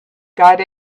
got